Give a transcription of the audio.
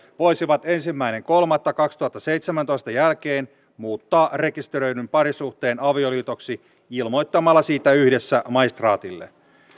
voisivat ensimmäinen kolmatta kaksituhattaseitsemäntoista jälkeen muuttaa rekisteröidyn parisuhteen avioliitoksi ilmoittamalla siitä yhdessä maistraatille